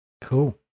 Cool